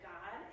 God